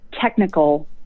technical